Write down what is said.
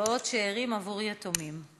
קצבאות שאירים עבור יתומים.